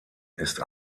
ist